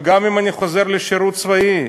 אם אני חוזר לשירות צבאי,